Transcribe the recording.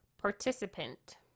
participant